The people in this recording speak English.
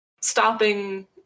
stopping